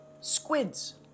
squids